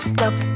Stop